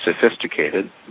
sophisticated